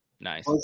nice